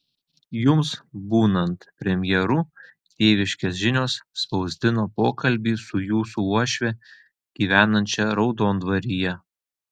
jums būnant premjeru tėviškės žinios spausdino pokalbį su jūsų uošve gyvenančia raudondvaryje